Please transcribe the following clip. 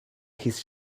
his